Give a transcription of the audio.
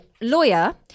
lawyer